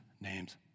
name's